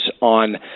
on